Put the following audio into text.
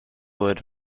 word